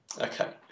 Okay